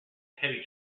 heavy